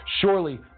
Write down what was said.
Surely